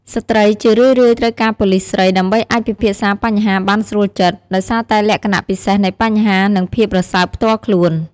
ស្ត្រីជារឿយៗ ត្រូវការប៉ូលិសស្រី ដើម្បីអាចពិភាក្សាបញ្ហាបានស្រួលចិត្ត ដោយសារតែលក្ខណៈពិសេសនៃបញ្ហា និងភាពរសើបផ្ទាល់ខ្លួន។